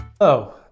Hello